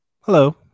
Hello